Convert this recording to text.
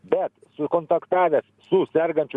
bet sukontaktavęs su sergančiu